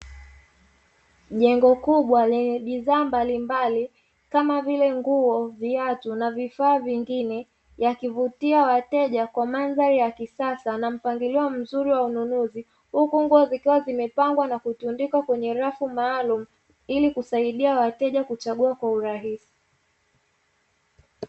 Jengo kubwa lenye bidhaa mbalimbali kama vile: nguo, viatu na vifaa vingine; yakivutia wateja kwa mandhari ya kisasa na mpangilio mzuri wa ununuzi, huku nguo zikiwa zimepangwa na kutundikwa kwenye rafu maalumu ili kusaidia wateja kuchagua kwa urahisi.